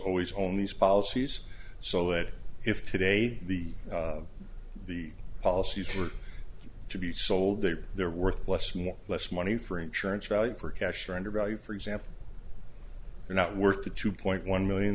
always on these policies so that if today the the policies were to be sold there they're worth less more less money for insurance value for cash rendered value for example they're not worth the two point one million